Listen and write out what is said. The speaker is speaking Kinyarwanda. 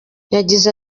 yagize